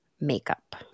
makeup